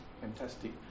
fantastic